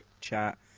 chat